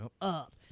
up